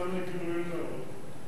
למען הגילוי הנאות,